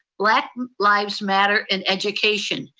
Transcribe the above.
black lives matter in education.